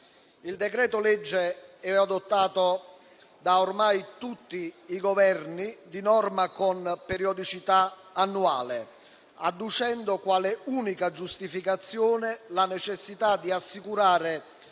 decreto-legge, è adottato da ormai tutti i Governi, di norma con periodicità annuale, adducendo quale unica giustificazione la necessità di assicurare